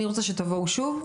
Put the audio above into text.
אני רוצה שתבואו שוב.